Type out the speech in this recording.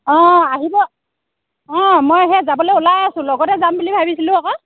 অ' আহিব অ' মই সেই যাবলৈ ওলাইয়ে আছোঁ লগতে যাম বুলি ভাবিছিলোঁ আকৌ